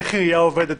איך עירייה עובדת,